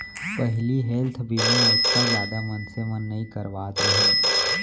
पहिली हेल्थ बीमा ओतका जादा मनसे मन नइ करवात रहिन